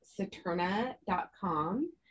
saturna.com